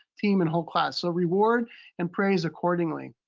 team and whole class. so reward and praise accordingly.